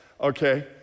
okay